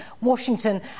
Washington